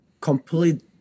complete